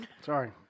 Sorry